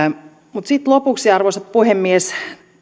lopuksi arvoisa puhemies